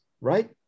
right